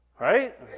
Right